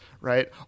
right